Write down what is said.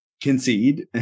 concede